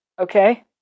Okay